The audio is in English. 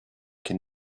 can